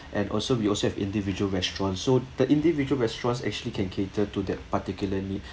and also we also have individual restaurants so the individual restaurants actually can cater to that particular need